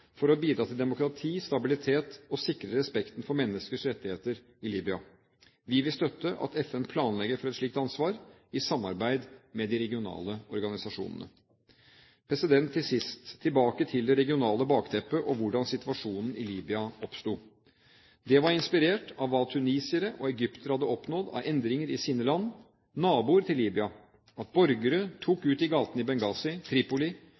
for å bidra til demokrati og stabilitet og å sikre respekten for menneskers rettigheter i Libya. Vi vil støtte at FN planlegger for et slikt ansvar, i samarbeid med de regionale organisasjonene. Til sist: Tilbake til det regionale bakteppet og hvordan situasjonen i Libya oppsto. Det var inspirert av hva tunisiere og egyptere hadde oppnådd av endringer i sine land – naboer til Libya – at borgere tok ut i gatene i Benghazi, Tripoli